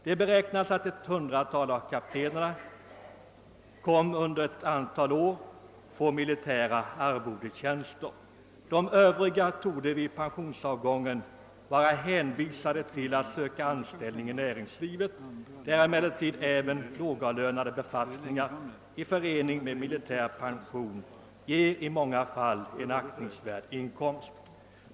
Det beräknas att ett hundratal av kaptenerna under ett antal år fick militära arvodestjänster. De övriga torde vid pensionsavgången vara hänvisade till att söka anställning i näringslivet, där emellertid även lågavlönade befattningar i förening med militär pension i många fall ger en aktningsvärd inkomst.